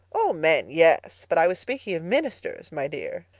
oh, men yes. but i was speaking of ministers, my dear,